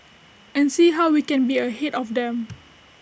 and see how we can be ahead of them